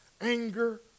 anger